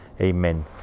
Amen